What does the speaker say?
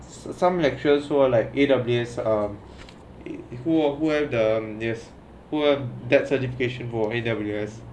some lecturers who are like eight of this um who have the yes that certification for A_W_S